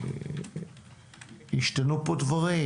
דברים,